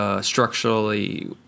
Structurally